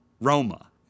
Roma